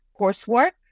coursework